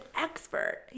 expert